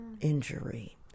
injury